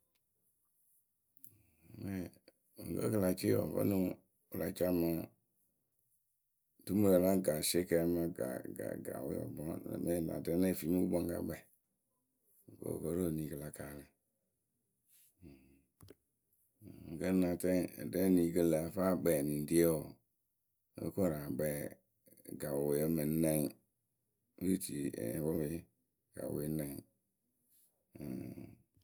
mɨŋkǝ́ kɨ la cɩɩ wǝǝ vǝ́ nɨŋ wɨ la ca mɨŋ dumurǝ la gasieke amaa ga ga gawoe wǝǝ mɨ aɖɛ neh fii mɨ gukpǝ ŋ́ ka kpɛɛ kɨ wɨ ko ro eniyǝ kɨ la kaalɨ. mɨŋkǝ́ na tɛŋ adɛ eni kɨ lǝ̈ ǝ fɨ akpɛ eniŋrieyǝ wǝǝ nóo koru akpɛɛ gawoe mɨŋ nɛŋ, miti gawoe nɛŋ.